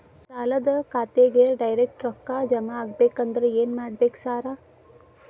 ಸಾಲದ ಖಾತೆಗೆ ಡೈರೆಕ್ಟ್ ರೊಕ್ಕಾ ಜಮಾ ಆಗ್ಬೇಕಂದ್ರ ಏನ್ ಮಾಡ್ಬೇಕ್ ಸಾರ್?